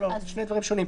שני דברים שונים.